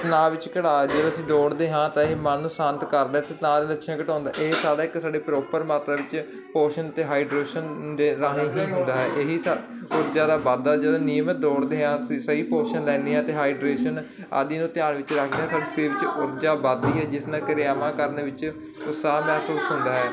ਲਾ ਵਿਚ ਘੜਾ ਜਿਵੇਂ ਅਸੀਂ ਦੋੜਦੇ ਹਾਂ ਤਾਂ ਇਹ ਮਨ ਨੂੰ ਸ਼ਾਂਤ ਕਰਦਾ ਤੇ ਤਾਂ ਲੱਛਣ ਘਟਾਉਂਦਾ ਇਹ ਸਦਾ ਇੱਕ ਸਾਡੇ ਪ੍ਰੋਪਰ ਮਾਪਣ 'ਚ ਪੋਸ਼ਨ ਤੇ ਹਾਈਡਰੋਸ਼ਨ ਦੇ ਰਾਹੀਂ ਇਹੀ ਜਿਆਦਾ ਵਾਧਾ ਜਿਹੜਾ ਨਿਯਮ ਹ ਦੌੜਦੇ ਆਂ ਸਹੀ ਪੋਸ਼ਨ ਲੈਦੇ ਆ ਤੇ ਹਾਈਡਰੇਸ਼ਨ ਆਦੀ ਨੂੰ ਧਿਆਨ ਵਿੱਚ ਰੱਖਦੇ ਹ ਜਿਸ ਨਾ ਕਿਰਿਆਵਾਂ ਕਰਨ ਵਿੱਚ ਸਾਧ ਮਹਿਸੂਸ ਹੁੰਦਾ ਹੈ